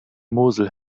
mosel